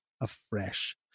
afresh